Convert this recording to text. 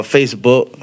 Facebook